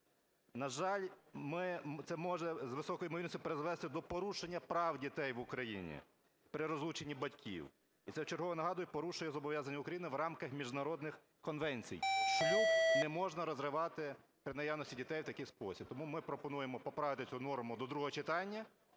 На жаль, це може з високою ймовірністю призвести до порушення прав дітей в Україні при розлученні батьків. І це вчергове, нагадую, порушує зобов'язання України в рамках міжнародних конвенцій: шлюб не можна розривати при наявності дітей в такий спосіб. Тому ми пропонуємо поправити цю норму до другого читання